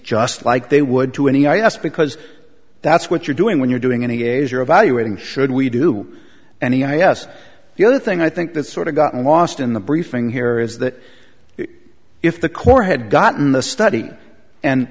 just like they would to any i ask because that's what you're doing when you're doing any gays are evaluating should we do and yes the other thing i think that sort of gotten lost in the briefing here is that if the court had gotten the study and